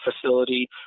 facility